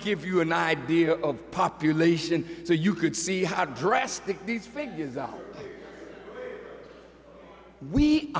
give you an idea of population so you could see how drastic these figures are we